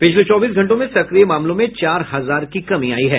पिछले चौबीस घंटों में सक्रिय मामलों में चार हजार की कमी आई है